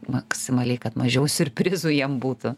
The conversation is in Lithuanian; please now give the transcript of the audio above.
maksimaliai kad mažiau siurprizų jam būtų